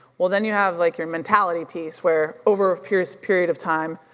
well then you have like your mentality piece where, over a period period of time,